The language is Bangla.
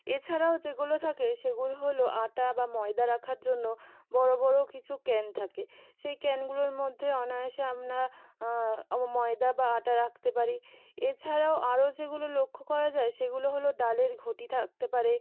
এছাড়াও যেগুলো থাকে সেগুলো হলো আটা বা ময়দা রাখার জন্য বড় বড় কিছু ক্যান থাকে সেই ক্যানগুলোর মধ্যে অনায়াসে আমনা ময়দা বা আটা রাখতে পারি এছাড়াও আরও যেগুলো লক্ষ করা যায় সেগুলো হলো ডালের ঘটি থাকতে পারে